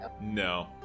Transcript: No